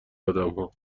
آدمها